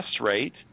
rate